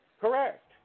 Correct